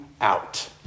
out